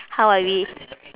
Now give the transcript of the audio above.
how I wi~